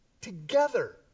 together